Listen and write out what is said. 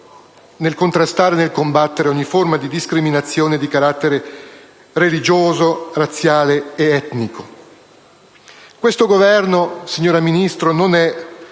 a contrastare e combattere ogni forma di discriminazione di carattere religioso, razziale ed etnico. Questo, signora Ministro, non è